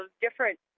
different